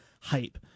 hype